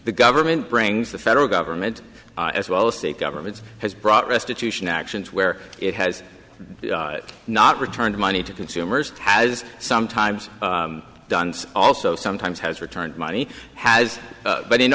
the government brings the federal government as well as state governments has brought restitution actions where it has not returned money to consumers has sometimes done also sometimes has returned money has but in